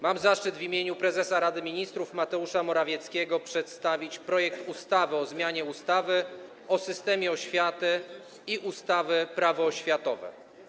Mam zaszczyt w imieniu prezesa Rady Ministrów Mateusza Morawieckiego przedstawić projekt ustawy o zmianie ustawy o systemie oświaty i ustawy Prawo oświatowe.